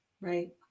right